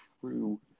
true